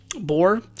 Boar